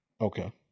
okay